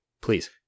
Please